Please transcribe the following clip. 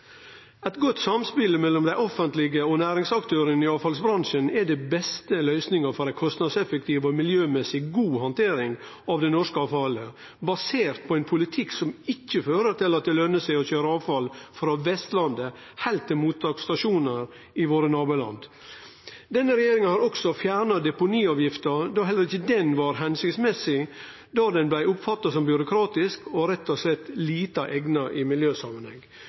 Eit godt samspel mellom det offentlege og næringsaktørane i avfallsbransjen er den beste løysinga for ei kostnadseffektiv og miljømessig god handtering av det norske avfallet, basert på ein politikk som ikkje fører til at det løner seg å køyre avfall frå Vestlandet og heilt til mottaksstasjonar i våre naboland. Denne regjeringa har også fjerna deponiavgifta, fordi heller ikkje den var hensiktsmessig, for den blei oppfatta som byråkratisk og rett og slett lite eigna i miljøsamanheng.